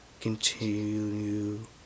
continue